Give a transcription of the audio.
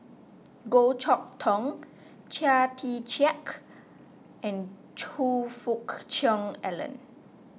Goh Chok Tong Chia Tee Chiak and Choe Fook Cheong Alan